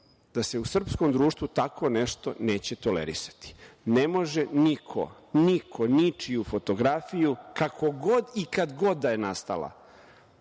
da se u srpskom društvu tako nešto neće tolerisati. Ne može niko, niko ničiju fotografiju, kako god i kad god da je nastala,